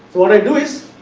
what i do is?